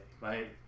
right